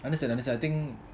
understand understand I think